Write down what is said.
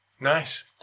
nice